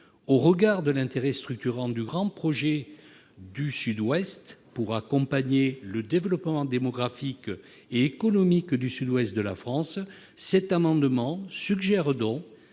au regard de l'intérêt structurant du Grand projet du Sud-Ouest pour accompagner le développement démographique et économique du sud-ouest de la France, cet amendement tend